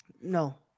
No